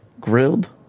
Grilled